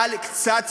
אבל קצת צניעות.